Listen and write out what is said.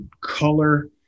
color